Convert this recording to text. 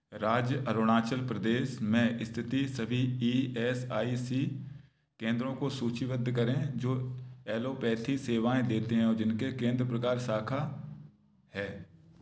राज्य अरुणाचल प्रदेश में स्थित सभी E S I C केंद्रों को सूचीबद्ध करें जो एलोपैथी सेवाएँ देते हैं और जिनके केंद्र प्रकार शाखा हैं